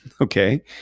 okay